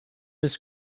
his